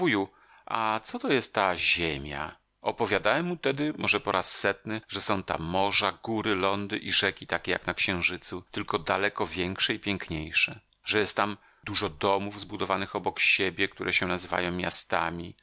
a co to jest ta ziemia opowiadałem mu tedy może po raz setny że są tam morza góry lądy i rzeki takie jak na księżycu tylko daleko większe i piękniejsze że jest tam dużo domów zbudowanych obok siebie które się nazywają miastami